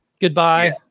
goodbye